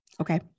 Okay